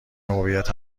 هویت